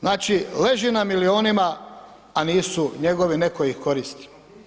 Znači leži na milijunima a nisu njegovi, netko ih koristi.